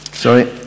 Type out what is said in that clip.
Sorry